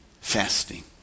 fasting